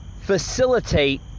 facilitate